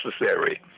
necessary